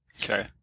Okay